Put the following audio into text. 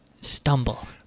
stumble